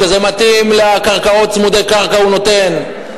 כשזה מתאים לקרקעות צמודי קרקע הוא נותן,